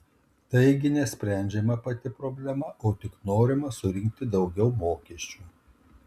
taigi nesprendžiama pati problema o tik norima surinkti daugiau mokesčių